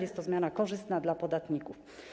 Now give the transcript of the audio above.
Jest to zmiana korzystna dla podatników.